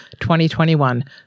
2021